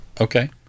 Okay